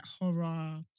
horror